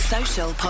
Social